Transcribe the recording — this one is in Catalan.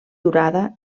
durada